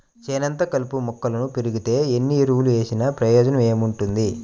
చేనంతా కలుపు మొక్కలు బెరిగితే ఎన్ని ఎరువులు వేసినా ప్రయోజనం ఏముంటది